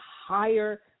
higher